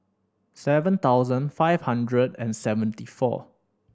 seven thousand five hundred and seventy four